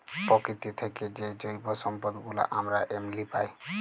পকিতি থ্যাইকে যে জৈব সম্পদ গুলা আমরা এমলি পায়